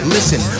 Listen